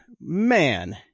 man